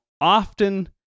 often